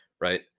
right